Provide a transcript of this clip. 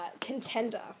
contender